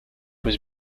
was